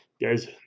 Guys